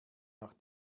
nach